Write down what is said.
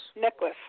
Nicholas